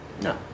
No